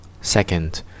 Second